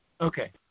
Okay